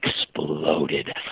exploded